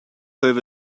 have